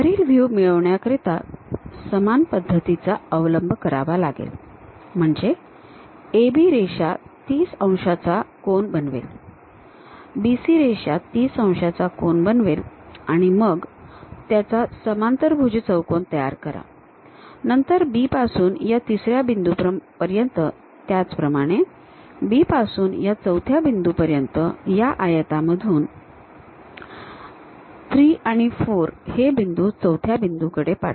वरील व्ह्यू मिळवण्याकरिता समान पद्धतीचा अवलंब करावा लागेल म्हणजे AB रेषा 30 अंशाचा कोन बनवेल BC रेषा 30 अंशाचा कोन बनवेल आणि मग त्याचा समांतरभुज चौकोन तयार करा नंतर B पासून या तिसऱ्या बिंदूपर्यंत त्याचप्रमाणे बी पासून या चौथ्या बिंदूपर्यंत या आयतामधून 3 आणि 4 हे बिंदू चौथ्या बिंदूकडे पाठवा